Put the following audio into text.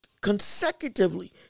consecutively